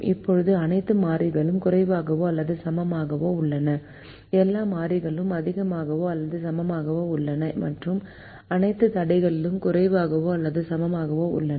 இப்போது அனைத்து மாறிகள் குறைவாகவோ அல்லது சமமாகவோ உள்ளன எல்லா மாறிகள் அதிகமாகவோ அல்லது சமமாகவோ உள்ளன மற்றும் அனைத்து தடைகளும் குறைவாகவோ அல்லது சமமாகவோ உள்ளன